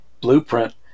blueprint